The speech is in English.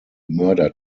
murder